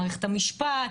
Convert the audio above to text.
מערכת המשפט,